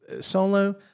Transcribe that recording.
Solo